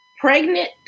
pregnant